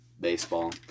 baseball